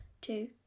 two